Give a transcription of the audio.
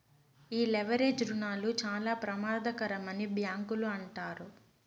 ఈ లెవరేజ్ రుణాలు చాలా ప్రమాదకరమని బ్యాంకులు అంటారు